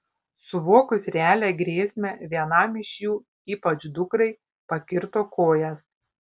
suvokus realią grėsmę vienam iš jų ypač dukrai pakirto kojas